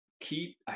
keep